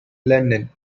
london